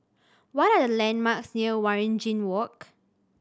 what are the landmarks near Waringin Walk